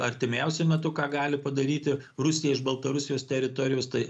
artimiausiu metu ką gali padaryti rusija iš baltarusijos teritorijos tai